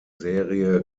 serie